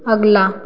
अगला